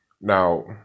Now